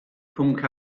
pwnc